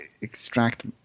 extract